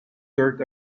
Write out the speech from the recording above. dirt